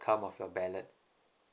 of your ballot